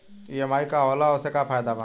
EMI का होला और ओसे का फायदा बा?